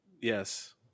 yes